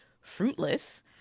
fruitless